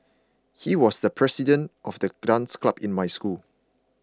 he was the president of the dance club in my school